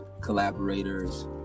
collaborators